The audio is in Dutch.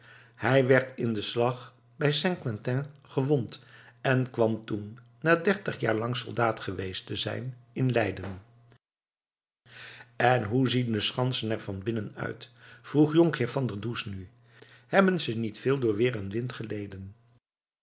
hij werd in den slag bij saint quentin gewond en kwam toen na dertig jaar lang soldaat geweest te zijn in leiden en hoe zien de schansen er van binnen uit vroeg jonkheer van der does nu hebben ze niet veel door weer en wind geleden